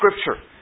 Scripture